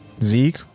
Zeke